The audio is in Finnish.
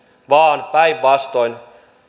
vaan päinvastoin